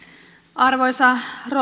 arvoisa rouva